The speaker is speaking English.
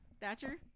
Thatcher